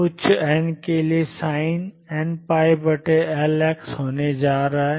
उच्च n के लिए sin nπL x होने जा रहा है